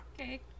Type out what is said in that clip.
Okay